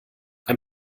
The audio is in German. ein